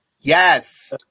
Yes